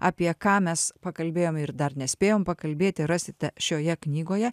apie ką mes pakalbėjom ir dar nespėjom pakalbėti rasite šioje knygoje